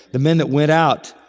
the men that went out,